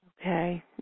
Okay